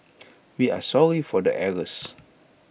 we are sorry for the errors